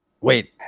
Wait